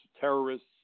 terrorists